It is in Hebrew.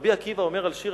ורבי עקיבא אומר על שיר